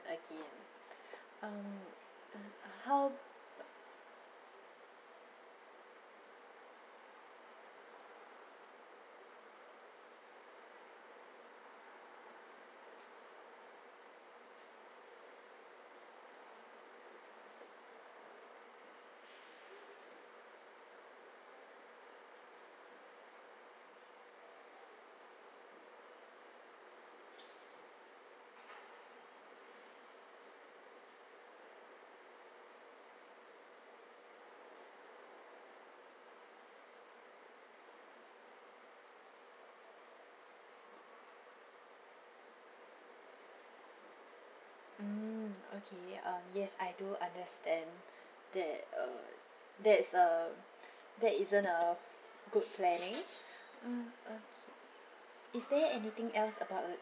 again um how mm okay um yes I do understand that uh that is a that isn't a good planning mm okay is there anything else about uh